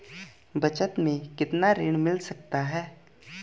बचत मैं कितना ऋण मिल सकता है?